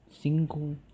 single